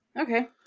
Okay